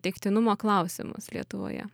teiktinumo klausimus lietuvoje